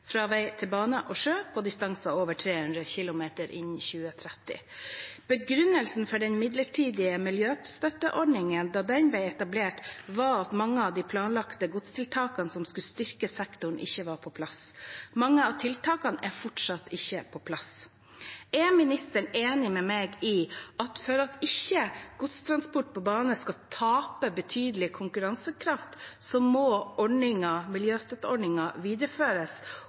fra vei til bane og sjø på distanser over 300 km innen 2030. Begrunnelsen for den midlertidige miljøstøtteordningen da den ble etablert, var at mange av de planlagte godstiltakene som skulle styrke sektoren, ikke var på plass. Mange av tiltakene er fortsatt ikke på plass. Er ministeren enig med meg i at for at ikke godstransport på bane skal tape betydelig konkurransekraft, må miljøstøtteordningen videreføres